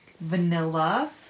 vanilla